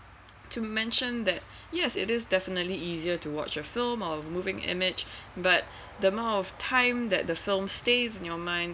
to mention that yes it is definitely easier to watch a film or moving image but the amount of time that the film stays in your mind